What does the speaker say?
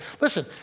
Listen